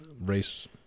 race